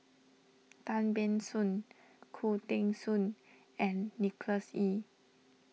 Tan Ban Soon Khoo Teng Soon and Nicholas Ee